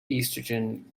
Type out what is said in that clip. estrogen